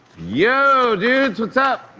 yo, dudes, what's up?